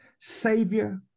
Savior